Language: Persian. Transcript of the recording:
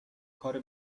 کار